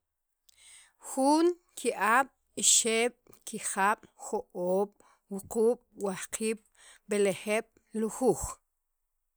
jun, ki'ab', ixeb', kijab', jo'oob', wajqiib', wuquub', wajxaqiib', b'elejeeb', lujuuj.